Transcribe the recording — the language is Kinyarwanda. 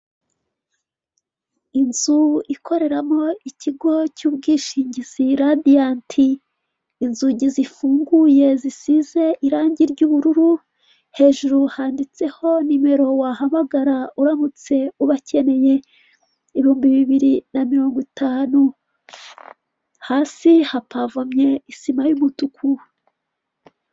Inzu ikoreramo ikigo cy'ubwishingizi radiyanti, inzugi zifunguye zisize irangi ry'ubururu, hejuru handitseho nimero wahamagara uramutse ubakeneye, ibihumbi bibiri na mirongo itanu, hasi hapavomye isima y'umutuku.